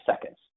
seconds